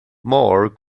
more